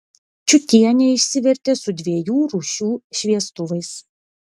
čiutienė išsivertė su dviejų rūšių šviestuvais